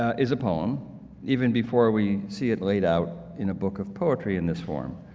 ah is a poem even before we see it laid out in a book of poetry in this form,